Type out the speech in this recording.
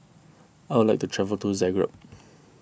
I would like to travel to Zagreb